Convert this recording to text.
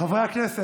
בעד נפתלי בנט,